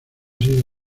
sido